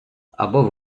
або